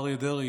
הרב אריה דרעי,